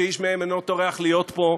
שאיש מהם אינו טורח להיות פה,